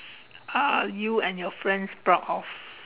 are you and your friend proud of